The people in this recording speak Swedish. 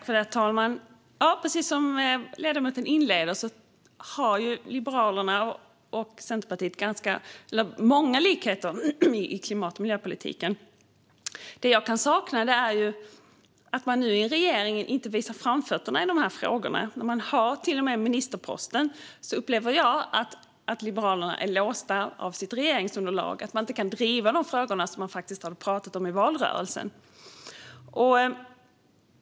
Herr talman! Precis som ledamoten inledde med att säga har Liberalerna och Centerpartiet många likheter i klimat och miljöpolitiken. Det jag kan beklaga är att man nu inte visar framfötterna i dessa frågor i regeringen. Man har till och med ministerposten, men jag upplever att Liberalerna är låsta av sitt regeringsunderlag och inte kan driva de frågor man faktiskt pratade om i valrörelsen.